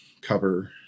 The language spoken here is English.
cover